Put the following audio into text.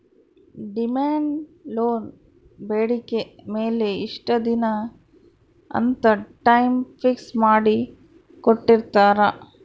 demand loan ಬೇಡಿಕೆ ಮೇಲೆ ಇಷ್ಟ ದಿನ ಅಂತ ಟೈಮ್ ಫಿಕ್ಸ್ ಮಾಡಿ ಕೋಟ್ಟಿರ್ತಾರಾ